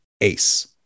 ACE